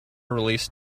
release